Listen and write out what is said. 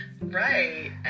right